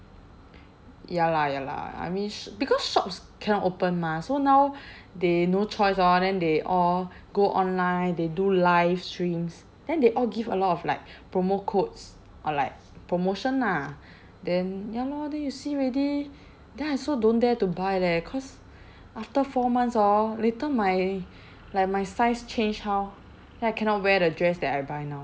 ya lah ya lah I mean sh~ because shops cannot open mah so now they no choice orh then they all go online they do live streams then they all give a lot of like promo codes or like promotion lah then ya lor then you see already then I also don't dare to buy leh cause after four months hor later my like my size change how then I cannot wear the dress that I buy now